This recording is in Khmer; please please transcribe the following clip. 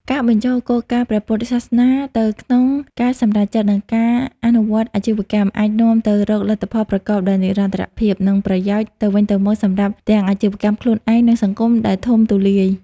ការបញ្ចូលគោលការណ៍ព្រះពុទ្ធសាសនាទៅក្នុងការសម្រេចចិត្ត និងការអនុវត្តអាជីវកម្ម អាចនាំទៅរកលទ្ធផលប្រកបដោយនិរន្តរភាព និងប្រយោជន៍ទៅវិញទៅមកសម្រាប់ទាំងអាជីវកម្មខ្លួនឯង និងសង្គមដែលធំទូលាយ។